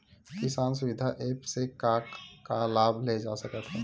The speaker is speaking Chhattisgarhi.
किसान सुविधा एप्प से का का लाभ ले जा सकत हे?